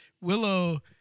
Willow